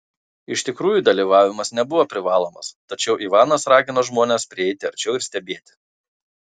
iš tikrųjų dalyvavimas nebuvo privalomas tačiau ivanas ragino žmones prieiti arčiau ir stebėti